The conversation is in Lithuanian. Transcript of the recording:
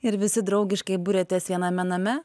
ir visi draugiškai buriatės viename name